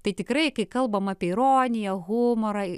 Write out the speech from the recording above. tai tikrai kai kalbam apie ironiją humorą